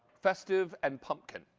festive and pumpkin.